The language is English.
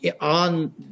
on